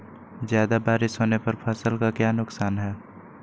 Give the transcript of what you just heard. ज्यादा बारिस होने पर फसल का क्या नुकसान है?